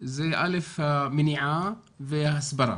זה המניעה וההסברה.